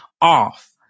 off